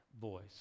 voice